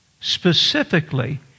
Specifically